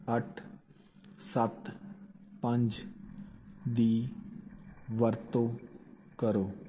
ਅੱਠ ਸੱਤ ਪੰਜ ਦੀ ਵਰਤੋਂ ਕਰੋ